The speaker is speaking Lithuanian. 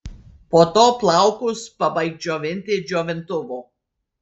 po to plaukus pabaik džiovinti džiovintuvu